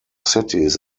cities